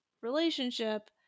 relationship